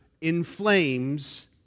inflames